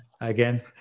again